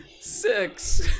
Six